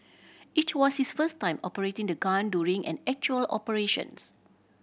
it was his first time operating the gun during an actual operations